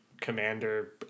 commander